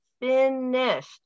finished